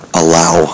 allow